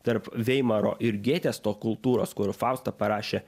tarp veimaro ir gėtės to kultūros kur faustą parašė